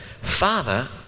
Father